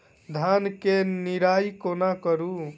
धान केँ निराई कोना करु?